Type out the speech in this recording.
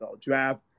Draft